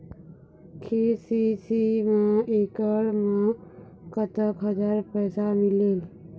KCC मा एकड़ मा कतक हजार पैसा मिलेल?